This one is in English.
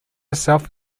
self